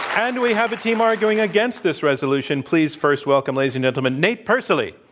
and we have a team arguing against this resolution. please, first welcome, ladies and gentlemen, nate persily.